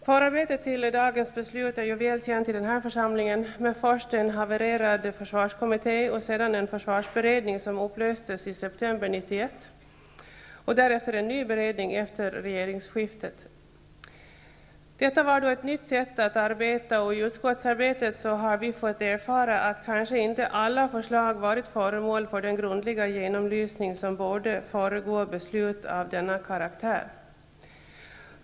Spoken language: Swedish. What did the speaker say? Förarbetet till dagens beslut är väl känt i denna församling: först en havererad försvarskommitté, sedan en försvarsberedning som upplöstes i september 1991 och därefter en ny beredning efter regeringsskiftet. Detta var ett nytt sätt att arbeta, och i utskottsarbetet har vi fått erfara att kanske inte alla förslag har varit föremål för den grundliga genomlysning som borde föregå beslut av denna karaktär.